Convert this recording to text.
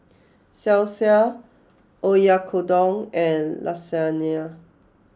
Salsa Oyakodon and Lasagna